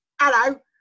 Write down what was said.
Hello